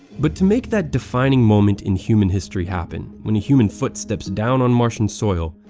but to make that defining moment in human history happen, when a human foot steps down on martian soil,